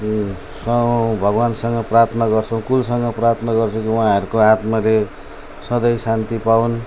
स भगवानसँग प्रार्थना गर्छौँ कुलसँग प्रार्थना गर्छौँ कि उहाँहरूको आत्माले सधैँ शान्ति पाउन्